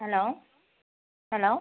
hello hello